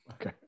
Okay